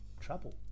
trouble